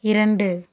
இரண்டு